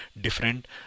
different